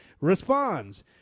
responds